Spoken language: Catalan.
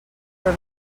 però